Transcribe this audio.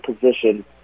position